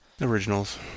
originals